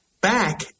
Back